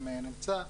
אם נמצא,